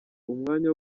umwanya